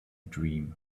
dream